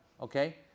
Okay